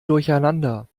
durcheinander